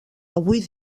avui